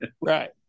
Right